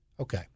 Okay